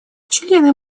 члены